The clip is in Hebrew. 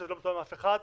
כשזה לא מתואם עם אף אחד.